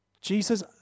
Jesus